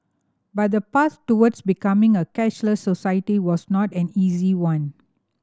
but the path towards becoming a cashless society was not an easy one